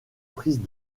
prises